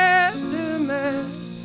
aftermath